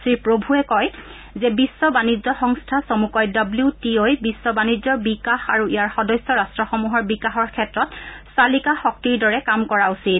শ্ৰীপ্ৰভূৱে কয় যে বিশ্ব বাণিজ্য সংস্থা চমুকৈ ডৱিউ টি অই বিশ্ব বাণিজ্যৰ বিকাশ আৰু ইয়াৰ সদস্য ৰট্টসমূহৰ বিকাশৰ ক্ষেত্ৰত চালিকা শক্তিৰ দৰে কাম কৰা উচিত